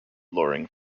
loring